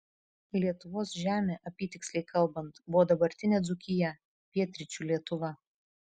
lietuvos žemė apytiksliai kalbant buvo dabartinė dzūkija pietryčių lietuva